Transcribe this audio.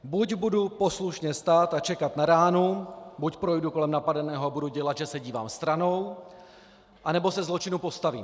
Buď budu poslušně stát a čekat na ránu, buď projdu kolem napadeného a budu dělat, že se dívám stranou, anebo se zločinu postavím.